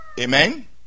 Amen